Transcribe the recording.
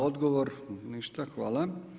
Odgovor ništa, hvala.